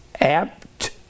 apt